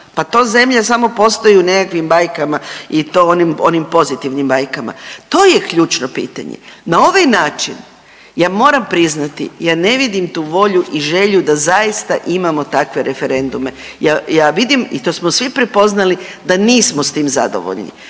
pa to zemlja samo postoji u nekakvim bajkama i to onim pozitivnim bajkama. To je ključno pitanje. Na ovaj način ja moram priznati ja ne vidim tu volju i želju da zaista imamo takve referendume. Ja vidim i to smo svi prepoznali da nismo s tim zadovoljni,